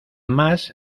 más